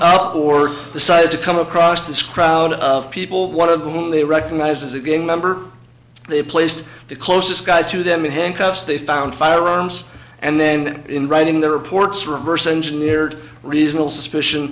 up or decided to come across this crowd of people one of whom they recognize as it being a member they placed the closest guy to them in handcuffs they found firearms and then in writing the reports reverse engineered reasonable suspicion